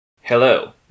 Hello